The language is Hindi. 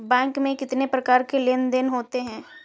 बैंक में कितनी प्रकार के लेन देन देन होते हैं?